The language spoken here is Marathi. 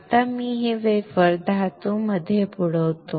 आता मी हे वेफर धातूमध्ये बुडवतो